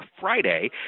Friday